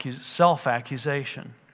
self-accusation